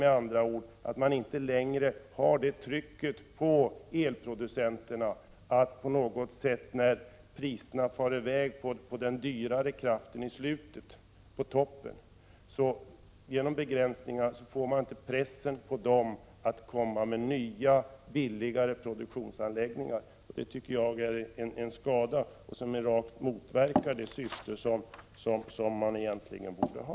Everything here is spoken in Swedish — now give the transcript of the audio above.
Genom begränsningen blir det inte längre något tryck på elproducenterna att — när priserna åker i höjden för den dyrare kraften på toppen av produktionen — komma med nya och billigare produktionsanläggningar. Detta tycker jag är skada, eftersom det direkt motverkar det syfte som man borde ha.